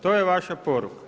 To je vaša poruka.